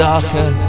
Darker